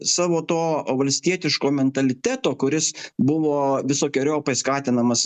savo to valstietiško mentaliteto kuris buvo visokeriopai skatinamas